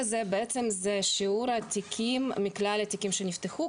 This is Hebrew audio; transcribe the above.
הירוק זה שיעור התיקים מכלל התיקים שנפתחו,